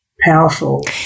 powerful